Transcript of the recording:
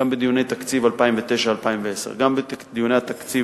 גם בדיוני תקציב 2009 2010, גם בדיוני התקציב